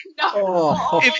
No